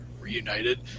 reunited